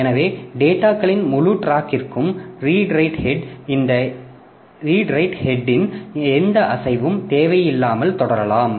எனவே டேட்டாகளின் முழு டிராக்கிற்கும் ரீடு ரைட் ஹெட் இன் எந்த அசைவும் தேவையில்லாமல் தொடரலாம்